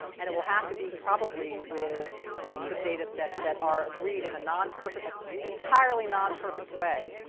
and it will have to be, probably with groups of data sets that are agreed in a non-perfect, entirely non-perfect way,